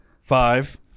Five